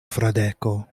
fradeko